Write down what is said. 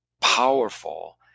powerful